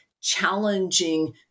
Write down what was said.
challenging